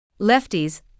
Lefties